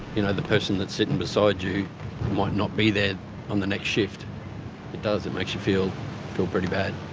you know the person that sitting beside you might not be that on the next shift. it does. it makes you feel feel pretty bad.